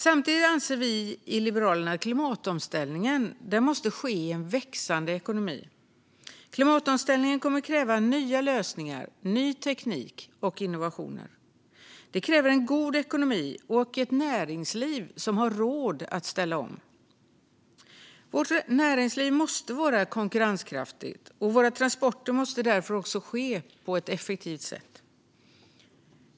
Samtidigt anser vi i Liberalerna att klimatomställningen måste ske i en växande ekonomi. Klimatomställningen kommer att kräva nya lösningar, ny teknik och innovationer. Det kräver en god ekonomi och ett näringsliv som har råd att ställa om. Vårt näringsliv måste vara konkurrenskraftigt, och våra transporter måste därför också ske på ett effektivt sätt.